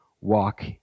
walk